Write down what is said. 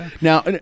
Now